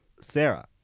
Sarah